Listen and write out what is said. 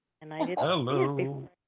Hello